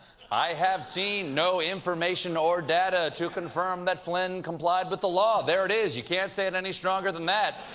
i have seen no information or data to confirm that flynn comflied with the law. there it is. you can't say and and anything stronger than that,